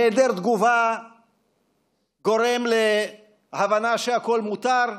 היעדר תגובה גורם להבנה שהכול מותר,